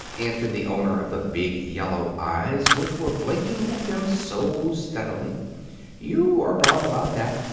answered the owner of the big yellow eyes which were blinking at them so steadily you are wrong about that.